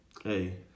hey